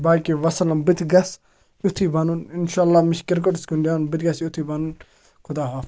باقی وَسَلَم بہٕ تہِ گژھٕ یُتھُے بَنُن اِنشاء اللہ مےٚ چھُ کِرکَٹَس کُن دیُن بہٕ تہِ گژھِ یُتھُے بَنُن خۄدا حا